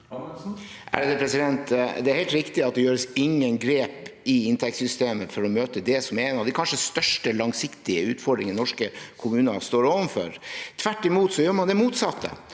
Det er helt riktig at det ikke gjøres noen grep i inntektssystemet for å møte det som kanskje er en av de største, langsiktige utfordringene norske kommuner står overfor. Tvert imot gjør man det motsatte.